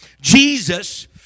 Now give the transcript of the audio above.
jesus